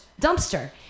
dumpster